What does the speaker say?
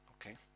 Okay